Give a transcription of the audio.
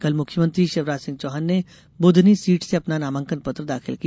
कल मुख्यमंत्री शिवराज सिंह चौहान ने बूधनी सीट से अपना नामांकन पत्र दाखिल किया